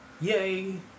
Yay